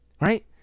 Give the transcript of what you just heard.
right